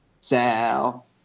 Sal